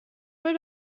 mit